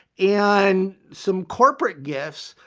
and some corporate gifts,